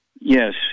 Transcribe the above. Yes